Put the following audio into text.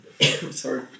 sorry